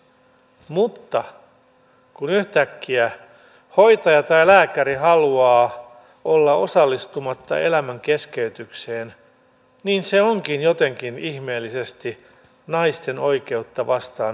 mutta kun yhtäkkiä hoitaja tai lääkäri haluaa olla osallistumatta elämän keskeytykseen se onkin jotenkin ihmeellisesti vastaan naisten oikeutta haluta raskaudenkeskeytys